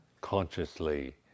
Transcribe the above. consciously